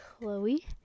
Chloe